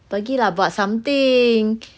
pergi lah buat something